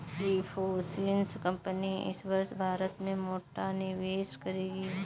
इंफोसिस कंपनी इस वर्ष भारत में मोटा निवेश करेगी